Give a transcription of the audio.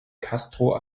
castro